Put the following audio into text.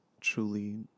truly